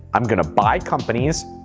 i'm gonna buy companies,